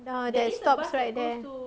ah that stops right there